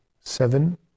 Seven